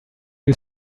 you